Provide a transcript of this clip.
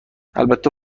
البته